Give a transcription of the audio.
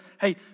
hey